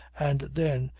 and then,